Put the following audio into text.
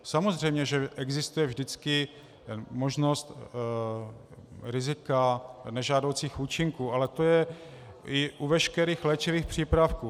Samozřejmě že existuje vždycky možnost rizika, nežádoucích účinků, ale to je i u veškerých léčivých přípravků.